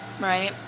right